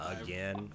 again